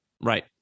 Right